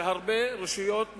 שהרבה רשויות מקומיות,